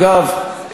אגב,